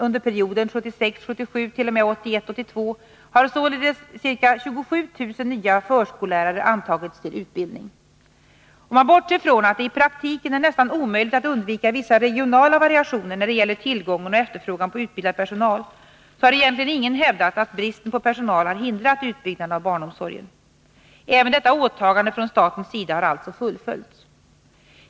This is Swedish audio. Under perioden 1976 82 har således ca 27000 nya förskollärare antagits till utbildning. Om man bortser från att det i praktiken är nästan omöjligt att undvika vissa regionala variationer när det gäller tillgången och efterfrågan på utbildad personal så har egentligen ingen hävdat att bristen på personal har hindrat utbyggnaden av barnomsorgen. Även detta åtagande från statens sida har alltså fullföljts.